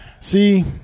See